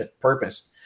purpose